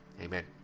Amen